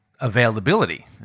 availability